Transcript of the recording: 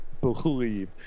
believe